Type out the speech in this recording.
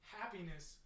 happiness –